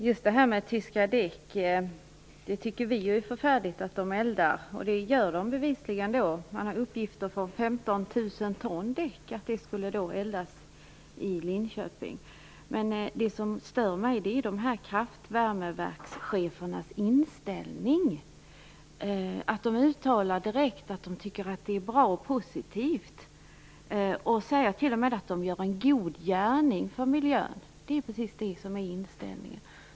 Herr talman! Det är förfärligt att man eldar tyska däck, vilket man bevisligen gör. Det finns uppgifter om att 15 000 ton däck eldas i Linköping. Det som stör mig är kraftvärmeverkschefernas inställning. De uttalar att de tycker att det är positivt och säger t.o.m. att de gör en god gärning för miljön. Det är deras inställning.